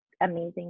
amazing